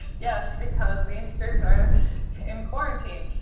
yes, because zinesters are in quarantine.